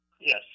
Yes